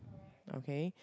okay